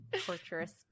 Torturous